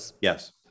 Yes